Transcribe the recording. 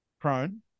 Prone